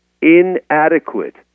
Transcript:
inadequate